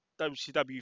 WCW